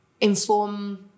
inform